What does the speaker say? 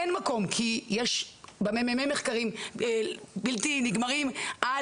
אין מקום כי יש ב-מ.מ.מ מחקרים בלתי נגמרים על